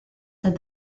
said